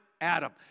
Adam